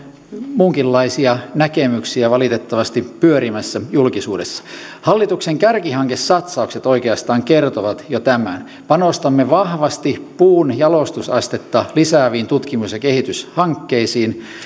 muunkinlaisia näkemyksiä valitettavasti pyörimässä julkisuudessa hallituksen kärkihankesatsaukset oikeastaan jo kertovat tämän panostamme vahvasti puun jalostusastetta lisääviin tutkimus ja kehityshankkeisiin